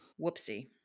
Whoopsie